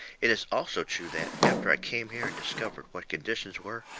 it is also true that, after i came here and discovered what conditions were,